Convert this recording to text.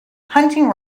hunting